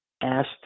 asked